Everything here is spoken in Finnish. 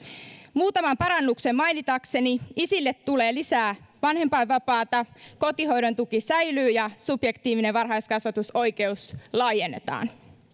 muutaman parannuksen mainitakseni isille tulee lisää vanhempainvapaata kotihoidon tuki säilyy ja subjektiivinen varhaiskasvatusoikeus laajennetaan myös